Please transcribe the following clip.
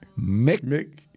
Mick –